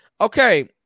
Okay